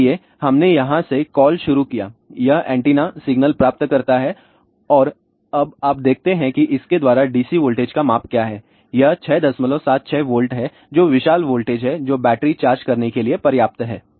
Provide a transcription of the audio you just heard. इसलिए हमने यहां से कॉल शुरू किया यह एंटीना सिग्नल प्राप्त करता है और अब आप देखते हैं कि इसके द्वारा DC वोल्टेज का माप क्या है यह 676 वोल्ट है जो विशाल वोल्टेज है जो बैटरी चार्ज करने के लिए पर्याप्त है